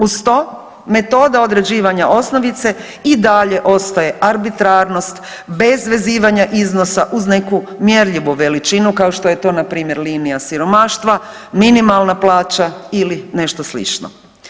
Uz to, metoda određivanja osnovice i dalje ostaje arbitrarnost bez vezivanja iznosa uz neku mjerljivu veličinu kao što je to npr. linija siromaštva, minimalna plaća ili nešto slično.